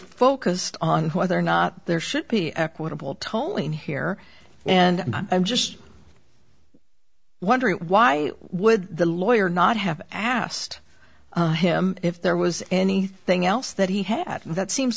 focused on whether or not there should be equitable tolling here and i'm just wondering why would the lawyer not have asked him if there was anything else that he had that seems